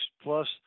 plus